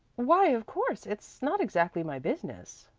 why, of course, it's not exactly my business,